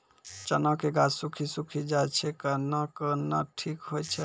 चना के गाछ सुखी सुखी जाए छै कहना को ना ठीक हो छै?